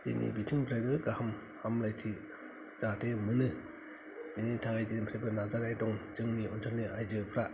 जेनि बिथिंनिफ्रायबो गाहाम हामब्लायथि जाहाथे मोनो बिनि थाखाय जोंफोरबो नाजानाय दं जोंनि ओनसोलनि आइजोफ्रा